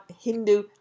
Hindu